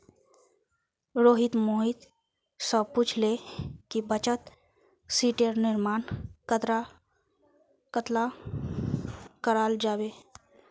रोहित मोहित स पूछले कि बचत शीटेर निर्माण कन्ना कराल जाबे